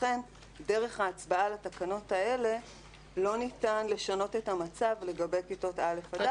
לכן דרך ההצבעה על התקנות האלה לא ניתן לשנות את המצב לגבי כיתות א' ד',